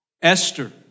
Esther